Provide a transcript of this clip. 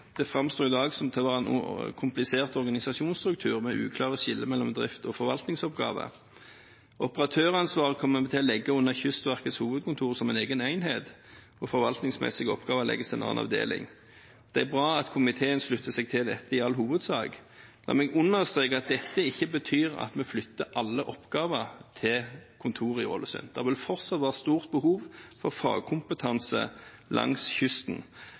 Det framstår i dag som å være en komplisert organisasjonsstruktur med uklare skiller mellom drifts- og forvaltningsoppgaver. Operatøransvaret kommer vi til å legge under Kystverkets hovedkontor som en egen enhet, og forvaltningsmessige oppgaver legges til en annen avdeling. Det er bra at komiteen slutter seg i all hovedsak til dette. La meg understreke at dette ikke betyr at vi flytter alle oppgaver til kontoret i Ålesund. Det vil fortsatt være stort behov for fagkompetanse langs kysten.